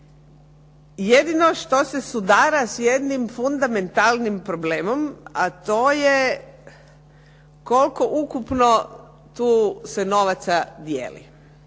Jedino što se sudara sa jednim fundamentalnim problemom a to je koliko ukupno se tu novaca dijeli.